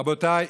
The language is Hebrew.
רבותיי,